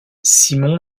simon